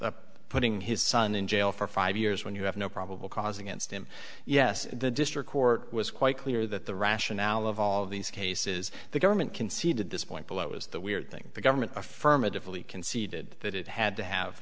putting his son in jail for five years when you have no probable cause against him yes the district court was quite clear that the rationale of all of these cases the government conceded this point below is the weird thing the government affirmatively conceded that it had to have